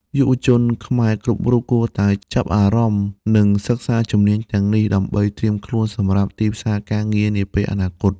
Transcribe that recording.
យុវជនខ្មែរគ្រប់រូបគួរតែចាប់អារម្មណ៍និងសិក្សាជំនាញទាំងនេះដើម្បីត្រៀមខ្លួនសម្រាប់ទីផ្សារការងារនាពេលអនាគត។